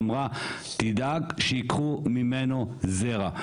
היא אמרה 'תדאג שייקחו ממנו זרע'.